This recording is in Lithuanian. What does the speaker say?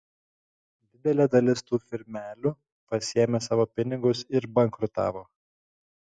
didelė dalis tų firmelių pasiėmė savo pinigus ir bankrutavo